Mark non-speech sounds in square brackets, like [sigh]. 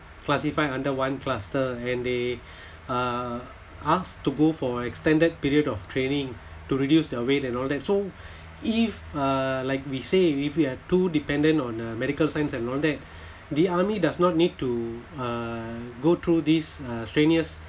classified under one cluster and they [breath] uh asked to go for an extended period of training [breath] to reduce their weight and all that so if uh like we say if you are too dependent on uh medical science and all that [breath] the army does not need to uh go through this uh strenuous